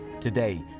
Today